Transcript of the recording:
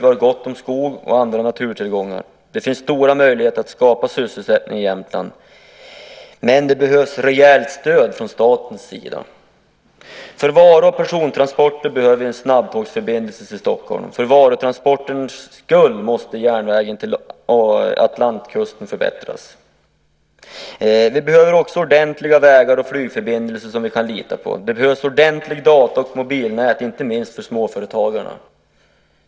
Vi har gott om skog och andra naturtillgångar. Det finns stora möjligheter att skapa sysselsättning i Jämtland. Men det behövs rejält stöd från statens sida. För varu och persontransporter behöver vi en snabbtågsförbindelse till Stockholm. För varutransporters skull måste järnvägen till Atlantkusten förbättras. Vi behöver också ordentliga vägar och flygförbindelser som vi kan lita på. Det behövs ett ordentligt data och mobilnät, inte minst för småföretagarna.